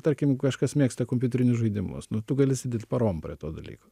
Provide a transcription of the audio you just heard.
tarkim kažkas mėgsta kompiuterinius žaidimus nu tu gali sėdėt parom prie to dalyko